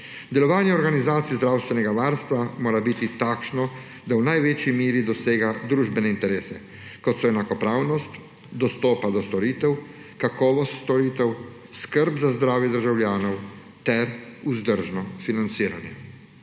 Delovanje organizacij zdravstvenega varstva mora biti takšno, da v največji meri dosega družbene interese, kot so enakopravnost dostopa do storitev, kakovost storitev, skrb za zdravje državljanov te vzdržno financiranje.